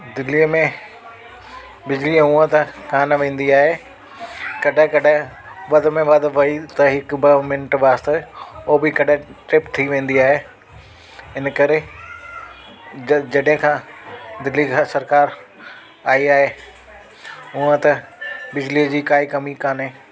दिल्ली में बिजली ऊअं त कान वेंदी आहे कॾहिं कॾहिं वध में वध वई त हिकु ॿ मिंट वास्ते उहो बि कॾहिं चप थी वेंदी आहे हिन करे जॾहिं खां दिल्ली खां सरकारु आई आहे हुअं त बिजलीअ जी काई कमी कोन्हे